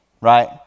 right